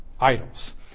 idols